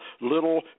little